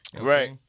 right